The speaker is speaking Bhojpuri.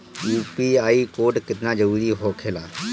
यू.पी.आई कोड केतना जरुरी होखेला?